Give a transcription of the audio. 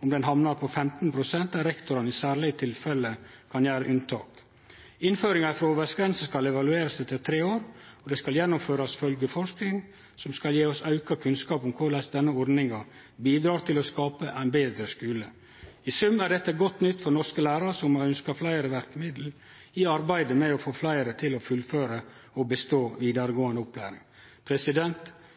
om ho hamnar på 15 pst., og der rektor i særlege tilfelle kan gjere unntak. Innføringa av ei fråværsgrense skal evaluerast etter tre år, og det skal gjennomførast følgeforsking som skal gje oss auka kunnskap om korleis denne ordninga bidreg til å skape ein betre skule. I sum er dette godt nytt for norske lærarar som har ønska fleire verkemiddel i arbeidet med å få fleire til å fullføre og bestå vidaregåande opplæring.